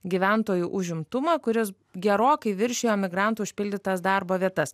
gyventojų užimtumą kuris gerokai viršijo emigrantų užpildytas darbo vietas